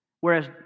whereas